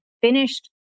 finished